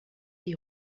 die